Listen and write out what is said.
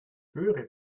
höhere